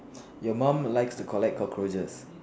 your mum likes to collect cockroaches